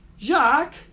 Jacques